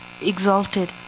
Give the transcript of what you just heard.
exalted